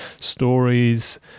stories